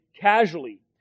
casually